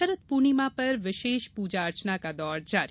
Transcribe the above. शरद पुर्णिमा पर विशेष पुजा अर्चना का दौर जारी